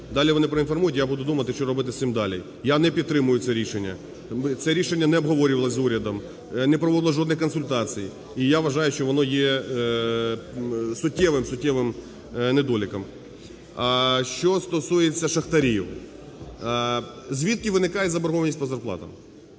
Далі вони проінформують. Я буду думати, що робити з цим далі. Я не підтримаю це рішення. Це рішення не обговорювалося з урядом, не проводило жодних консультацій. І я вважаю, що воно є суттєвим-суттєвим недоліком. Що стосується шахтарів. Звідки виникає заборгованість по зарплатам?